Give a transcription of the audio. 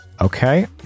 Okay